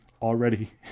already